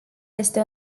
este